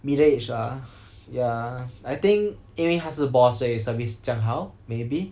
middle age ah ya I think 因为他是 boss 所以 service 这样好 maybe